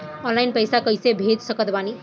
Online पैसा कैसे भेज सकत बानी?